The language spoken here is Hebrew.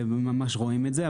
ממש רואים את זה.